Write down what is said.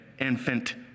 infant